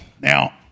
Now